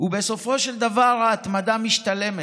ובסופו של דבר ההתמדה משתלמת.